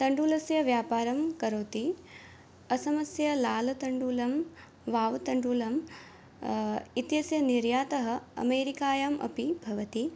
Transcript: तण्डुलस्य व्यापारं करोति असमस्य लालतण्डुलं वाव् तण्डुलं इत्यस्य निर्यातः अमेरिकायाम् अपि भवति